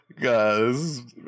guys